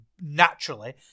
naturally